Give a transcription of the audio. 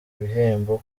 bihembo